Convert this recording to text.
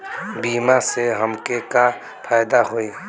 बीमा से हमके का फायदा होई?